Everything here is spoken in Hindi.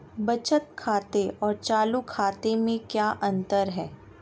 बचत खाते और चालू खाते में क्या अंतर है?